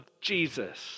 Jesus